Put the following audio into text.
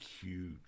huge